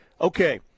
Okay